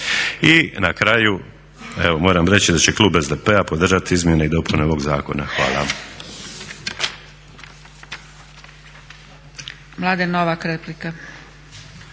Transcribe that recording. I na kraju, evo moram reći da će klub SDP-a podržati izmjene i dopune ovog zakona. Hvala.